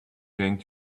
going